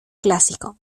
clásico